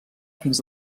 fins